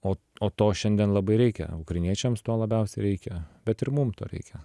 o o to šiandien labai reikia ukrainiečiams to labiausiai reikia bet ir mum to reikia